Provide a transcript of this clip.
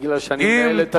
מכיוון שאני מנהל את הדיון,